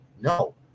No